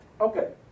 Okay